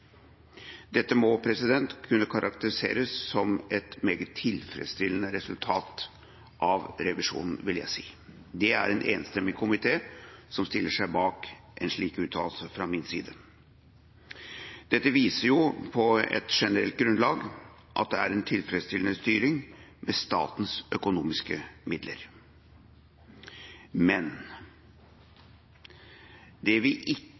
Dette må kunne karakteriseres som et meget tilfredsstillende resultat av revisjonen, vil jeg si. Det er en enstemmig komité som stiller seg bak en slik uttalelse fra min side. Dette viser på et generelt grunnlag at det er en tilfredsstillende styring med statens økonomiske midler. Men det vi i kontroll- og konstitusjonskomiteen imidlertid er